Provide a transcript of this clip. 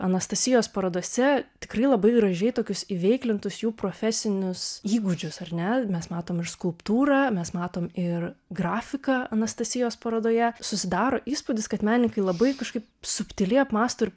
anastasijos parodose tikrai labai gražiai tokius įveiklintus jų profesinius įgūdžius ar ne mes matom ir skulptūrą mes matom ir grafiką anastasijos parodoje susidaro įspūdis kad menininkai labai kažkaip subtiliai apmąsto ir